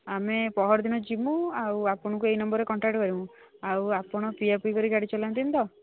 ଆମେ ପହରଦିନ ଯବୁ ଆଉ ଆପଣଙ୍କୁ ଏହି ନମ୍ବରରେ କଣ୍ଟାକ୍ଟ କରିବୁ ଆଉ ଆପଣ ପିଆ ପିଇ କରି ଗାଡ଼ି ଚଲାନ୍ତିନି ତ